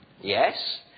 Yes